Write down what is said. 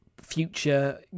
future